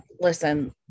listen